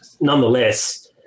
nonetheless